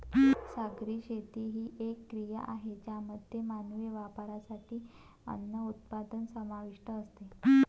सागरी शेती ही एक क्रिया आहे ज्यामध्ये मानवी वापरासाठी अन्न उत्पादन समाविष्ट असते